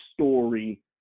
story